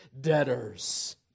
debtors